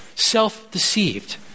self-deceived